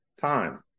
time